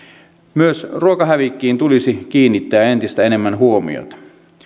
myös ruokahävikkiin tulisi kiinnittää entistä enemmän huomiota